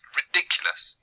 ridiculous